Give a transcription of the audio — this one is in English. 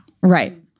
Right